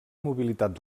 mobilitat